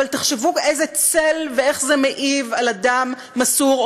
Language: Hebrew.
אבל תחשבו איזה צל ואיך זה מעיב על אדם מסור,